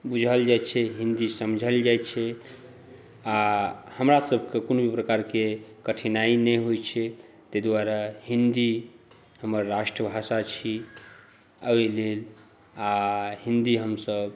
बुझल जाइ छै हिंदी समझल जाइ छै आओर हमरासभके कोनो भी प्रकारके कठिनाई नहि होइ छै तैं दुआरे हिंदी हमर राष्ट्र भाषा छी ओहि लेल आओर हिंदी हमसभ